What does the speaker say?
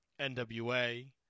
NWA